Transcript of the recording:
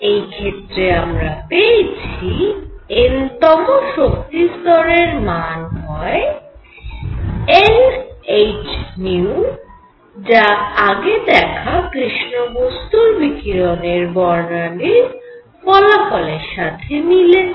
এই ক্ষেত্রে আমরা পেয়েছি n তম শক্তি স্তরের মান হয় n h ν যা আগে দেখা কৃষ্ণ বস্তুর বিকিরণের বর্ণালীর ফলাফলের সাথে মিলেছে